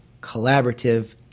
collaborative